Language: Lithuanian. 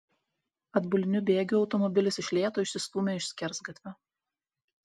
atbuliniu bėgiu automobilis iš lėto išsistūmė iš skersgatvio